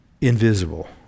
invisible